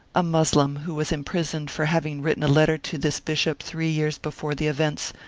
a moslem, who was imprisoned for having written a letter to this bishop three years before the events,